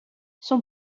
son